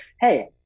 Hey